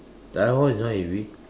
that one is not heavy